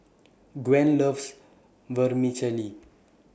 Gwen loves Vermicelli